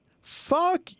fuck